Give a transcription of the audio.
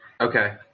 Okay